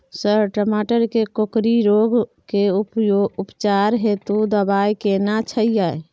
Sir टमाटर में कोकरि रोग के उपचार हेतु दवाई केना छैय?